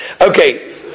Okay